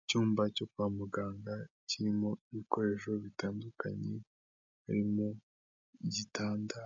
Icyumba cyo kwa muganga kirimo ibikoresho bitandukanye, harimo gitanda